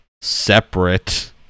separate